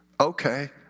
Okay